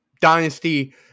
dynasty